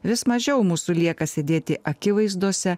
vis mažiau mūsų lieka sėdėti akivaizdose